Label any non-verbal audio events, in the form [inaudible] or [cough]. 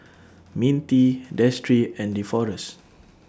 [noise] Mintie Destry and Deforest